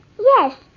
Yes